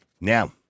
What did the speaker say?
Now